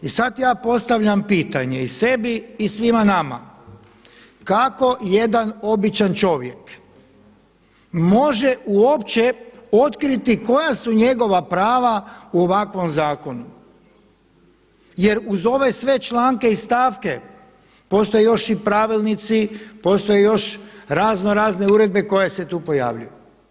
I sada ja postavljam pitanje i sebi i svima nama, kako jedan običan čovjek može uopće otkriti koja su njegova prava u ovakvom zakonu jer uz ove sve članke i stavke postoje još i pravilnici, postoje još raznorazne uredbe koje se tu pojavljuju.